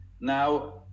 Now